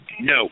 No